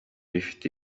rifite